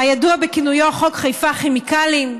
הידוע בכינויו חוק חיפה כימיקלים,